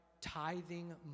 tithing